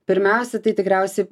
pirmiausia tai tikriausiai